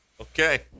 Okay